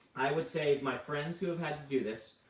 i would say, of my friends who have had to do this,